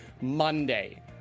Monday